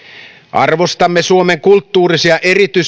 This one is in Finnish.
arvostamme suomen kulttuurisia